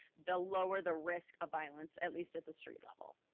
the lower the risk of violence, at least at the street level.